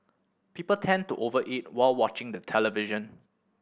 people tend to over eat while watching the television